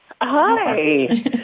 Hi